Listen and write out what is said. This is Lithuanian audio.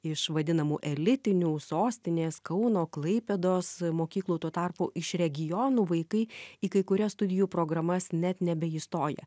iš vadinamų elitinių sostinės kauno klaipėdos mokyklų tuo tarpu iš regionų vaikai į kai kurias studijų programas net nebeįstoja